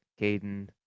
Caden